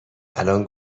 الان